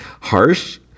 harsh